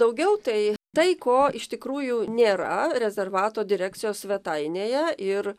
daugiau tai tai ko iš tikrųjų nėra rezervato direkcijos svetainėje ir